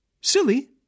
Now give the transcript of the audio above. Silly